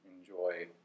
enjoy